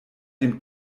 dem